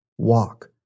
walk